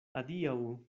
adiaŭ